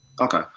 Okay